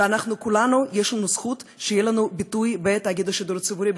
ולכולנו יש זכות שיהיה לנו ביטוי בתאגיד השידור הציבורי,